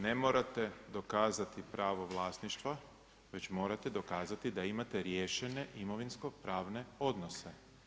Ne morate dokazati pravo vlasništva već morate dokazati da imate riješene imovinsko-pravne odnose.